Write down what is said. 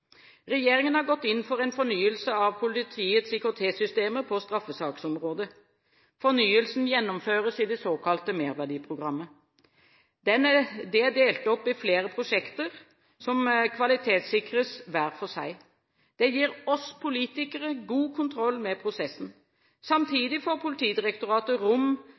Regjeringen har gått inn for en fornyelse av politiets IKT-systemer på straffesaksområdet. Fornyelsen gjennomføres i det såkalte Merverdiprogrammet. Det er delt opp i flere prosjekter som kvalitetssikres hver for seg. Det gir oss politikere god kontroll med prosessen. Samtidig får Politidirektoratet rom